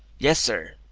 yes, sir.